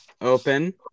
open